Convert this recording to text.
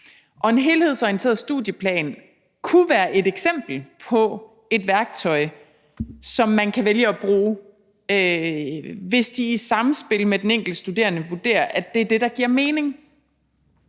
En helhedsorienteret studieplan kunne være et eksempel på et værktøj, som man kan vælge at bruge, hvis de i samspil med den enkelte studerende vurderer, at det er det, der giver mening.